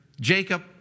Jacob